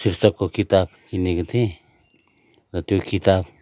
शीर्षकको किताब किनेको थिएँ र त्यो किताब